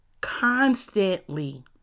constantly